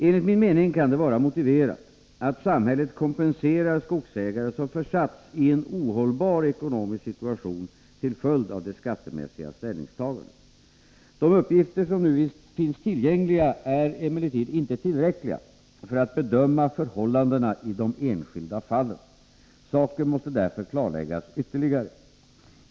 Enligt min mening kan det vara motiverat att samhället kompenserar skogsägare som försatts i en ohållbar ekonomisk situation till följd av det skattemässiga ställningstagandet. De uppgifter som nu finns tillgängliga är emellertid inte tillräckliga för att bedöma förhållandena i de enskilda fallen. Saken måste därför klarläggas ytterligare.